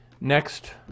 Next